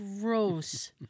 Gross